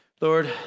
Lord